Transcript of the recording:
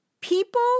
people